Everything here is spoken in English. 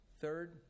Third